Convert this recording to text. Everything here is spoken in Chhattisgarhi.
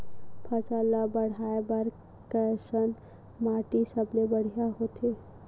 फसल ला बाढ़े बर कैसन माटी सबले बढ़िया होथे?